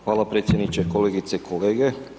Hvala predsjedniče, kolegice i kolege.